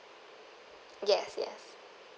yes yes